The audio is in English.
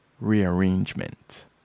rearrangement